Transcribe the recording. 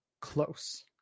close